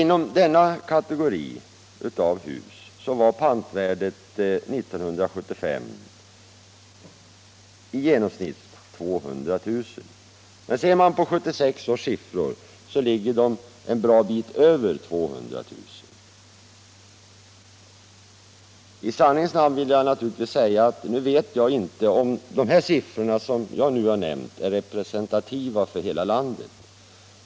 Inom denna kategori av hus var pantvärdet 1975 i genomsnitt 200 000 kr. Ser man på 1976 års siffror ligger de en bra bit över 200 000 kr. I sanningens namn vill jag naturligtvis säga att jag inte vet om de siffror jag nämnt är representativa för hela landet.